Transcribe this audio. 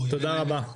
תודה רבה.